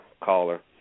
caller